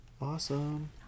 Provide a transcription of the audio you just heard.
Awesome